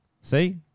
see